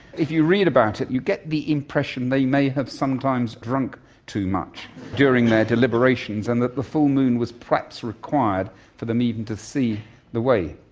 if you read about it you get the impression they may have sometimes drunk too much during their deliberations and that the full moon was perhaps required for them even to see the way.